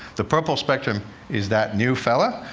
the purple spectrum is that new fellow,